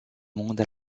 monde